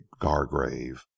Gargrave